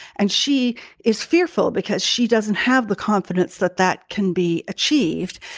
and she is fearful because she doesn't have the confidence that that can be achieved.